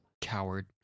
Coward